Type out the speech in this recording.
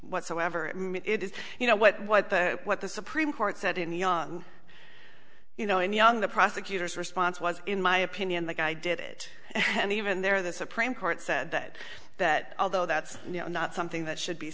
whatsoever it is you know what what what the supreme court said in the young you know and young the prosecutor's response was in my opinion the guy did it and even there the supreme court said that although that's not something that should be